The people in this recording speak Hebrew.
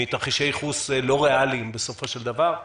מתרחישי ייחוס לא ראליים בסופו של דבר,